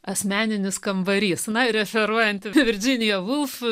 asmeninis kambarys na ir referuojant į virdžiniją volf